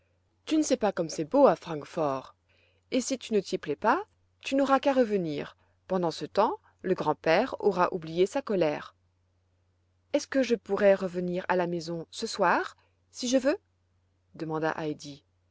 tu ne sais pas comme c'est beau à francfort et si tu ne t'y plais pas tu n'auras qu'à revenir pendant ce temps le grand-père aura oublié sa colère est-ce que je pourrai revenir à la maison ce soir si je veux demanda heidi